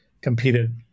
competed